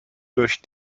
durch